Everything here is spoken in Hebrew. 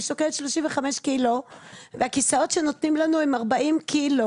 היא שוקלת 35 קילו והכיסאות שנותנים לנו הם 40 קילו,